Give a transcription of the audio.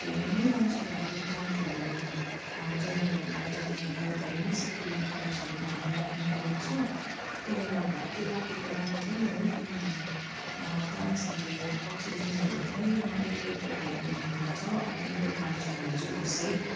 धेरै नै मान्छेले अहिले प्लान्टहरू जग्गा जग्गाबाट ल्याएर धेरै नै सकुलेन्ट प्लान्ट्सहरू घरमा राखिने गर्छ त्यसले गर्दा अब त्यो राखेको राम्रो पनि हो किनभने प्लान्ट्सहरूले अक्सिजन्सहरू पनि मज्जाले प्रोभाइड गर्नेगर्छ अब इन्डोर प्लान्ट्सहरू हुन्छ कसै